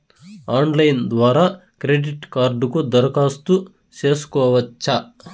Online ద్వారా credit కార్డుకు దరఖాస్తు సేసుకోవచ్చా?